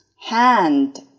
Hand